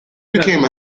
became